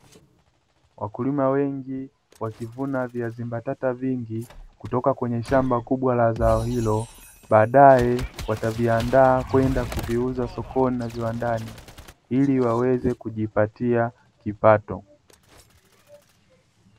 Wakulima wengi wakivuna viazi mbatata vingi kutoka kwenye shamba kubwa la zao hilo, baadaye wataviandaa kwenda kuviuza sokoni na viwandani ili waweze kujipatia kipato.